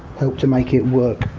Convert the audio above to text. help to make it work,